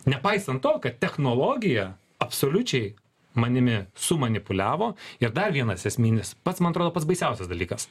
nepaisant to kad technologija absoliučiai manimi sumanipuliavo ir dar vienas esminis pats man atrodo pats baisiausias dalykas